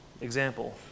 example